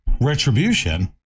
retribution